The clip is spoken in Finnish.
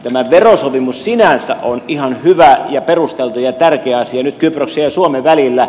tämä verosopimus sinänsä on ihan hyvä ja perusteltu ja tärkeä asia nyt kyproksen ja suomen välillä